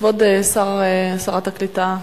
כבוד שרת הקליטה תשיב.